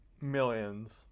Millions